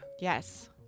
Yes